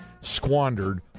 squandered